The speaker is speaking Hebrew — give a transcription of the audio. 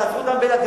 תעצרו אותם באילת,